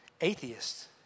atheists